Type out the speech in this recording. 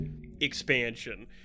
expansion